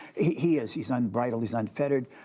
he is. he's unbridled. he's unfettered.